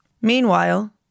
Meanwhile